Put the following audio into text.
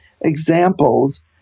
examples